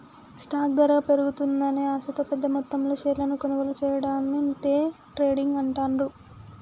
stock ధర పెరుగుతుందనే ఆశతో పెద్దమొత్తంలో షేర్లను కొనుగోలు చెయ్యడాన్ని డే ట్రేడింగ్ అంటాండ్రు